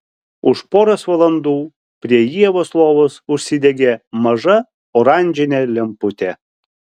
už poros valandų prie ievos lovos užsidegė maža oranžinė lemputė